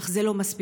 אך זה לא מספיק.